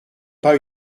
pas